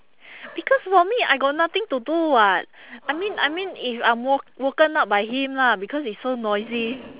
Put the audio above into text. because for me I got nothing to do [what] I mean I mean if I'm wo~ woken up by him lah because he's so noisy